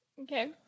Okay